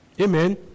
Amen